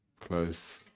close